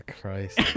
Christ